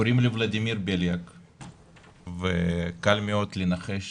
קוראים לי ולדימיר בליאק וקל מאוד לנחש